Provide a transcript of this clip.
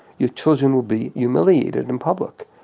your children will be humiliated in public.